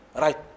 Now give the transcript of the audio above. right